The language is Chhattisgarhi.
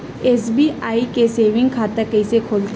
एस.बी.आई के सेविंग खाता कइसे खोलथे?